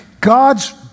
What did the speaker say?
God's